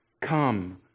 Come